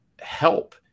help